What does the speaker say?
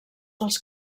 dels